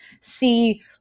see